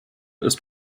ist